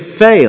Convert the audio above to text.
fail